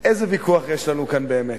איזה ויכוח יש לנו כאן באמת?